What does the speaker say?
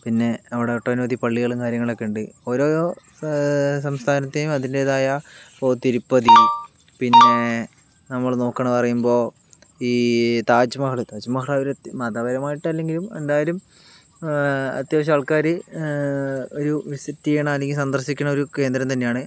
പിന്നെ അവടെ ഒട്ടനവധി പള്ളികളും കാര്യങ്ങളുമൊക്കെ ഉണ്ട് ഓരോ സാ സംസ്ഥാനത്തേയും അതിൻറ്റേതായ ഇപ്പോൾ തിരുപ്പതി പിന്നെ നമ്മള് നോക്കണ് പറയുമ്പോൾ ഈ താജ് മഹല് താജ് മഹല് മതപരമായിട്ടല്ലെങ്കിലും എന്തായാലും അത്യാവശ്യം ആൾക്കാര് ഒരു വിസിറ്റ് ചെയ്യുന്ന അല്ലങ്കിൽ സന്ദർശിക്കുന്ന ഒരു കേന്ദ്രം തന്നെയാണ്